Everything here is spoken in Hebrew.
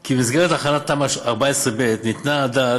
כי במסגרת הכנת תמ"א 14ב ניתנה הדעת